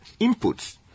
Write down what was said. inputs